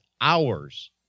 hours